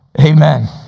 Amen